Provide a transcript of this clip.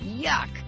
Yuck